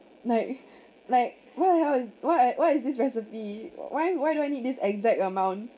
like like what the hell what what is this recipe why why do I need this exact amount